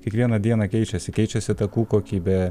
kiekvieną dieną keičiasi keičiasi takų kokybė